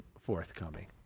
forthcoming